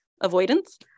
avoidance